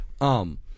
Um-